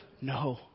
No